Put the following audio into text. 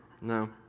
no